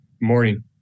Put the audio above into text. morning